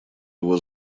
его